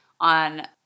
on